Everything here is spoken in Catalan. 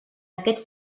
aquest